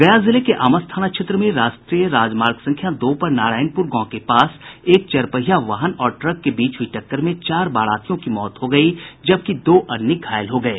गया जिले के आमस थाना क्षेत्र में राष्ट्रीय राजमार्ग संख्या दो पर नारायणपुर गांव के पास एक चरपहिया वाहन और ट्रक के बीच हुई टक्कर में चार बारातियों की मौत हो गयी जबकि दो अन्य घायल हो गये